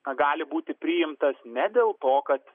gali būti priimtas ne dėl to kad